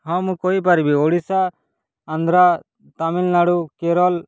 ହଁ ମୁଁ କହିପାରିବି ଓଡ଼ିଶା ଆନ୍ଧ୍ରା ତାମିଲନାଡ଼ୁ କେରଳ